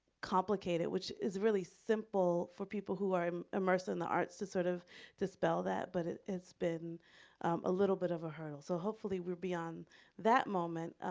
complicate it, which is really simple for people who are um immersed in the arts to sort of dispel that, but it's been a little bit of a hurdle. so hopefully we're beyond that moment